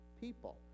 people